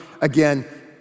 again